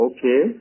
Okay